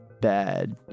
bad